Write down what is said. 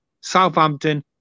Southampton